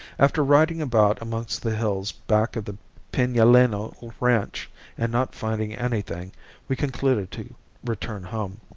after riding about among the hills back of the pinaleno ranch and not finding anything we concluded to return home.